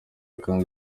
kandi